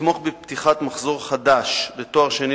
לתמוך בפתיחת מחזור חדש לתואר שני